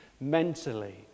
mentally